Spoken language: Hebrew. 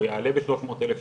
או יעלה בשלוש מאות אלף שקל,